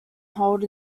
hold